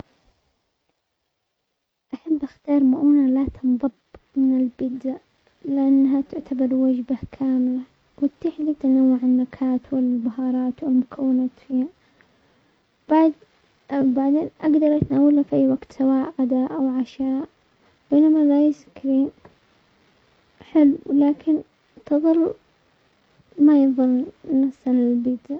احب اختار مؤونة لا تنضب من البيتزا لانها تعتبر وجبة كاملة وتتيح لي تنوع النكهات والبهارات ومكونات فيها بعد-بعدين اقدر اتناولها في اي وقت سواء غدا او عشاء بينما الايس كريم حلو لكن تظل ما.